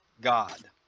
God